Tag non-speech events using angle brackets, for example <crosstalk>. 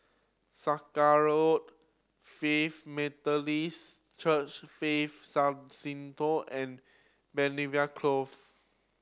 Sakra Road Faith Methodist Church Faith <unintelligible> and Belvedere Close